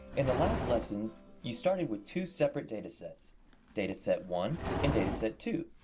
in the last lesson you started with two separate data sets data set one and data set two.